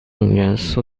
元素